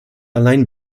allein